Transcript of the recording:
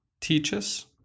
teaches